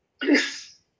Please